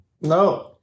No